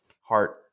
heart